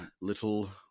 little